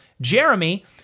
Jeremy